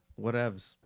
whatevs